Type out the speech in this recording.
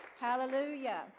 Hallelujah